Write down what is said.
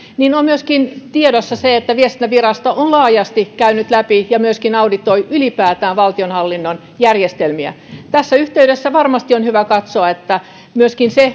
on myöskin tiedossa se että viestintävirasto on laajasti käynyt läpi ja myöskin auditoi ylipäätään valtionhallinnon järjestelmiä tässä yhteydessä varmasti on hyvä katsoa että se